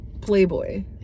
playboy